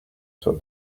soit